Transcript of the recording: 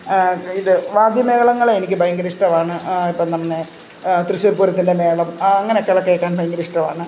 ഇത് വാദ്യമേളങ്ങളെ എനിക്ക് ഭയങ്കര ഇഷ്ടമാണ് ഇപ്പം തന്നെ തൃശ്ശൂർ പൂരത്തിൻ്റെ മേളം അങ്ങനെയൊക്കെ ഉള്ളത് കേൾക്കാൻ ഭയങ്കര ഇഷ്ടമാണ്